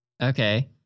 Okay